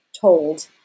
told